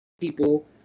people